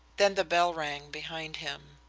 then the bell rang behind him.